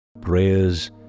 Prayers